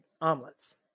omelets